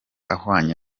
ahwanye